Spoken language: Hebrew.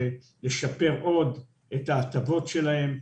לשפר את ההטבות שלהם,